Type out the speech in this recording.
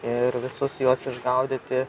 ir visus juos išgaudyti